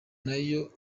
nayo